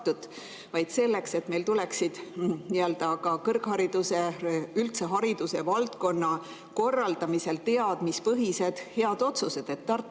vajalik] selleks, et meil tuleksid kõrghariduse, üldse haridusvaldkonna korraldamisel teadmispõhised, head otsused. Tartu